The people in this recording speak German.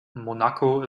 monaco